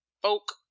Folk